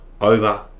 over